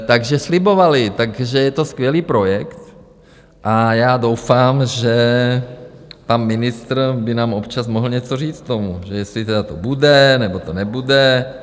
Takže slibovali, že je to skvělý projekt, a já doufám, že pan ministr by nám občas mohl něco říct k tomu, že jestli to bude, nebo to nebude.